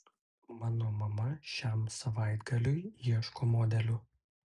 mano mama šiam savaitgaliui ieško modelių